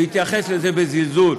והתייחס לזה בזלזול,